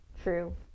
true